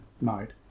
mode